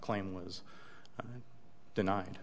claim was denied